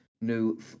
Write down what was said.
new